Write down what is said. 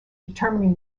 determining